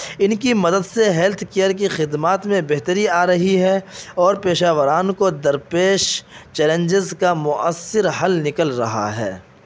ان کی مدد سے ہیلتھ کیئر کی خدمات میں بہتری آ رہی ہے اور پیشہ وران کو درپیش چیلنجز کا مؤثر حل نکل رہا ہے